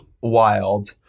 wild